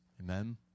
Amen